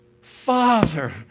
Father